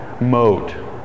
mode